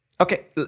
Okay